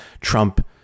Trump